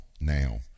now